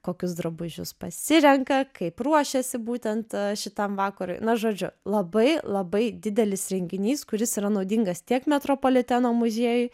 kokius drabužius pasirenka kaip ruošiasi būtent šitam vakarui na žodžiu labai labai didelis renginys kuris yra naudingas tiek metropoliteno muziejui